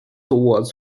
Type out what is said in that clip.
was